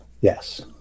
Yes